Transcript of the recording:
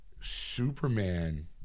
Superman